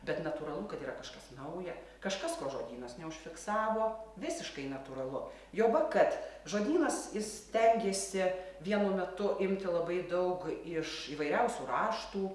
bet natūralu kad yra kažkas nauja kažkas ko žodynas neužfiksavo visiškai natūralu juoba kad žodynas stengėsi vienu metu imti labai daug iš įvairiausių raštų